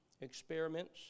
experiments